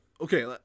okay